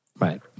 Right